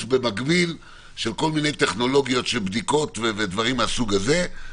במקביל של כל מיני טכנולוגיות של בדיקות ודברים מהסוג הזה,